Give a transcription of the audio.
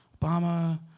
Obama